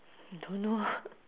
don't know